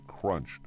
crunched